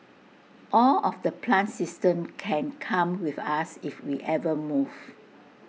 all of the plant systems can come with us if we ever move